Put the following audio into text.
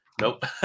nope